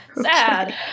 Sad